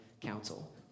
council